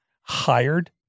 hired